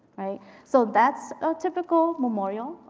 so that's a typical memorial,